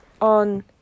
on